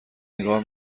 نگاه